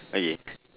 okay